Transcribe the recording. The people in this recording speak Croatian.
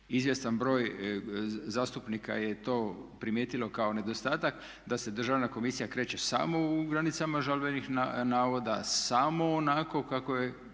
izvjestan broj zastupnika je to primijetilo kao nedostatak, da se Državna komisija kreće samo u granicama žalbenih navoda samo onako kako su